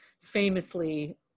famously